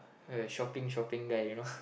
a shopping shopping guy you know